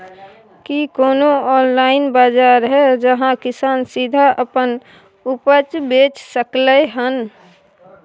की कोनो ऑनलाइन बाजार हय जहां किसान सीधा अपन उपज बेच सकलय हन?